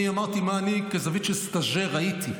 אני אמרתי מה אני, כזווית של סטז'ר, ראיתי.